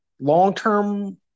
long-term